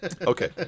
Okay